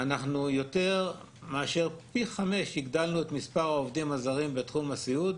הגדלנו פי חמישה ויותר את מספר העובדים הזרים בתחום הסיעוד.